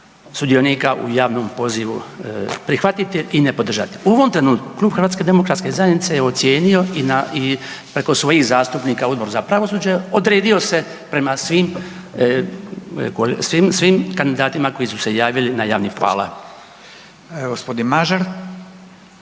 sudionika u javnom pozivu prihvatiti i ne podržati. U ovom trenutku Klub HDZ-a je ocijenio i na, i preko svojih zastupnika Odbor za pravosuđe odredio se prema svim kandidatima koji su se javili na javni poziv. **Radin,